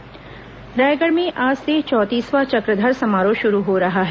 चक्रधर समारोह रायगढ़ में आज से चौंतीसवां चक्रधर समारोह शुरू हो रहा है